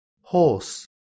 Horse